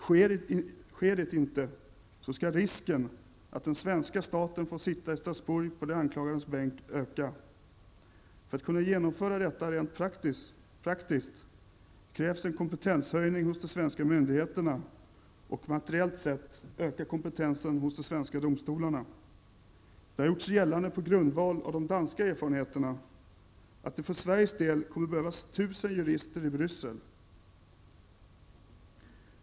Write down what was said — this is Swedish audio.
Sker det inte, ökar risken för att den svenska staten får sitta på de anklagades bänk i Strasbourg. För att genomföra detta rent praktiskt krävs en kompetenshöjning hos de svenska myndigheterna och materiellt sett ökad kompetens hos de svenska domstolarna. Det har gjorts gällande på grundval av de danska erfarenheterna att det för Sveriges del kommer att behövas tusen jurister i Bryssel.